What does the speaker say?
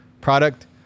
product